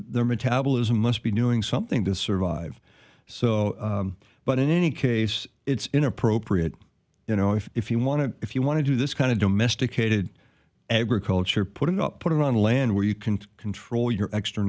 their metabolism must be doing something to survive so but in any case it's inappropriate you know if you want to if you want to do this kind of domesticated agriculture put it up put it on land where you can control your extra